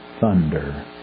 thunder